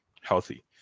healthy